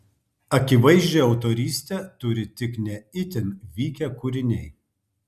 akivaizdžią autorystę turi tik ne itin vykę kūriniai